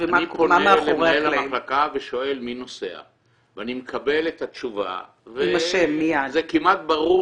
אני פונה למנהל המחלקה ושואל מי נוסע ואני מקבל את התשובה וזה כמעט ברור